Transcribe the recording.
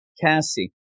Cassie